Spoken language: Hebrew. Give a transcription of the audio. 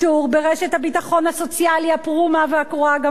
ברשת הביטחון הסוציאלי הפרומה והקרועה גם כך,